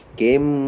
game